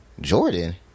Jordan